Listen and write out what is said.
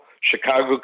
Chicago